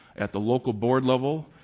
at the local board level,